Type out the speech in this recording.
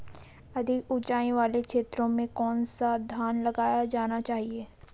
अधिक उँचाई वाले क्षेत्रों में कौन सा धान लगाया जाना चाहिए?